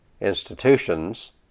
institutions